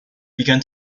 begun